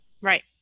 Right